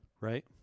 right